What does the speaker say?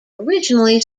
originally